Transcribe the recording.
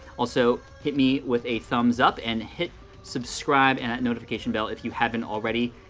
also, hit me with a thumbs up and hit subscribe and that notification bell if you haven't already.